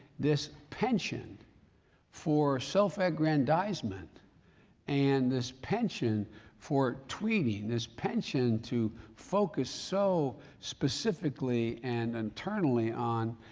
this penchant for self-aggrandizement and this penchant for tweeting, this penchant to focus so specifically and internally on,